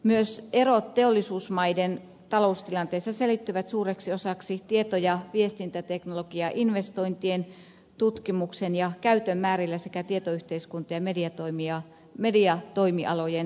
myös erot teollisuusmaiden taloustilanteessa selittyvät suureksi osaksi tieto ja viestintäteknologiainvestointien tutkimuksen ja käytön määrillä sekä tietoyhteiskunta ja mediatoimialojen kilpailukyvyllä